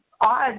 odd